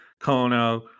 Kono